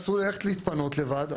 אסור לי ללכת להתפנות לבד.